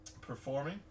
performing